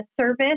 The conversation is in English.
service